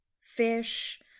fish